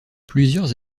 plusieurs